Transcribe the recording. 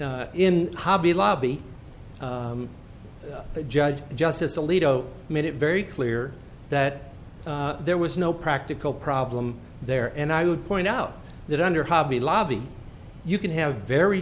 o in hobby lobby the judge justice alito made it very clear that there was no practical problem there and i would point out that under hobby lobby you can have very